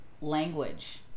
language